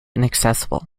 inaccessible